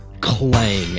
clang